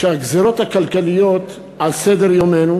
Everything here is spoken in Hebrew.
כשהגזירות הכלכליות על סדר-יומנו